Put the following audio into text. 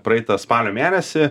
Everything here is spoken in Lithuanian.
praeitą spalio mėnesį